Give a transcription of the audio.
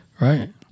Right